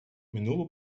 минуло